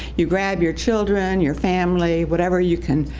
you grab your children, your family, whatever you can,